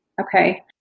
Okay